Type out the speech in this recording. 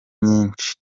nyinshi